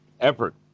effort